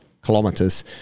kilometers